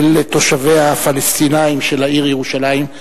של תושביה הפלסטינים של העיר ירושלים,